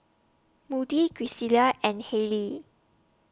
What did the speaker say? Moody Gisselle and Haylie